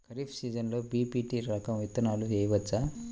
ఖరీఫ్ సీజన్లో బి.పీ.టీ రకం విత్తనాలు వేయవచ్చా?